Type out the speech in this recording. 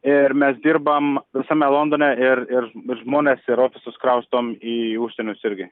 ir mes dirbam visame londone ir ir ir žmones ir ofisus kraustom į užsienius irgi